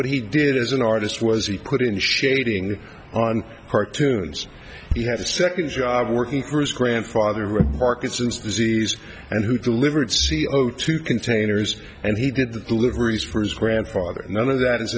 what he did as an artist was he put in shading on cartoons he had a second job working for his grandfather a parkinson's disease and who delivered c o two containers and he did the deliveries for his grandfather none of that is